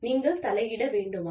நீங்கள் தலையிட வேண்டுமா